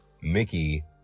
Mickey